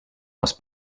aus